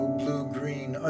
blue-green